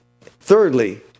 thirdly